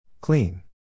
Clean